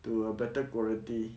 to a better quality